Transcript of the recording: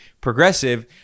progressive